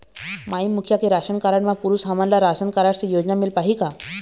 माई मुखिया के ration card म पुरुष हमन ला राशन कारड से योजना मिल पाही का?